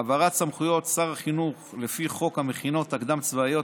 העברת סמכויות שר החינוך לפי חוק המכינות הקדם צבאיות,